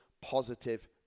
positive